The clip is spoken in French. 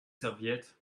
serviettes